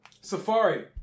Safari